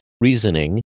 reasoning